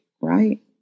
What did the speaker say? right